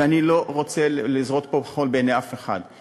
ואני לא רוצה לזרות פה חול בעיני אף אחד,